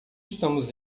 estamos